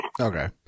Okay